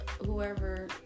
whoever